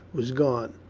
was gone.